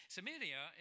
Samaria